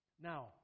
Now